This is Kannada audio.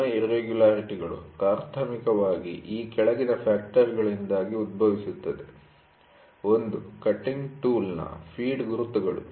ಮೇಲ್ಮೈ ಇರ್ರೆಗುಲರಿಟಿ'ಗಳು ಪ್ರಾಥಮಿಕವಾಗಿ ಈ ಕೆಳಗಿನ ಫ್ಯಾಕ್ಟರ್'ಗಳಿಂದಾಗಿ ಉದ್ಭವಿಸುತ್ತವೆ ಕಟ್ಟಿಂಗ್ ಟೂಲ್'ನ ಫೀಡ್ ಗುರುತುಗಳು